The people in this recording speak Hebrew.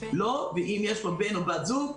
אם יש לו בן או בת זוג,